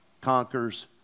conquers